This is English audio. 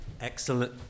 Excellent